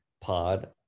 pod